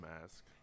mask